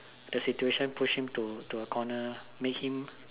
the situation push him to a corner make him